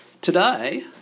today